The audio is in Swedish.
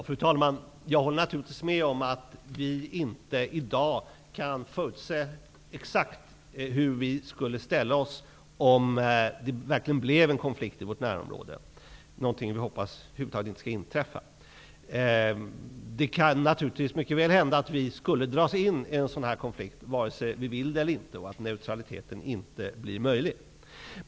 Fru talman! Jag håller naturligtvis med om att vi inte i dag kan förutse exakt hur vi skulle ställa oss, om det verkligen blev en konflikt i vårt närområde, något som vi hoppas över huvud taget inte skall inträffa. Det kan naturligtvis mycket väl hända att vi skulle dras in i en sådan konflikt vare sig vi vill det eller inte och att neutraliteten inte blir möjlig.